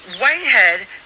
Whitehead